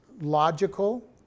logical